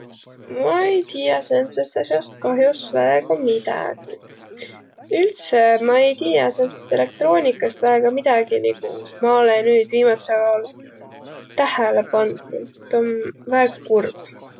Ma ei tiiä säändsest as'ast kah'os väega midägi. Üldse ma-i tiiä säändsest elektroonikast väega midägi, nigu ma olõ nüüd viimädsel aol tähele pandnuq. Tuu om väega kurb.